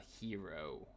hero